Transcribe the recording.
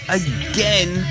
again